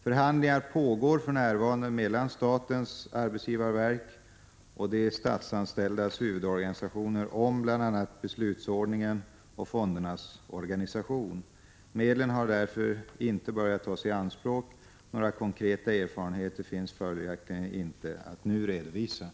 Förhandlingar pågår för närvarande mellan statens arbetsgivarverk och de statsanställdas huvudorganisationer om bl.a. beslutsordningen och fondernas organisation. Medlen har därför inte börjat tas i anspråk. Några konkreta erfarenheter finns följaktligen inte att redovisa nu.